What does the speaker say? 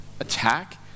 attack